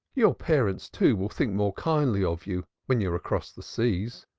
your parents, too, will think more kindly of you when you are across the seas.